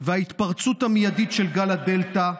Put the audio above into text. וההתפרצות המיידית של גל הדלתא,